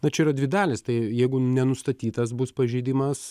na čia yra dvi dalys tai jeigu nenustatytas bus pažeidimas